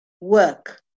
work